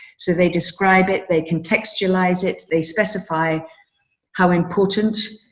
so they describe it. they contextualize it. they specify how important.